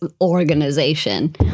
organization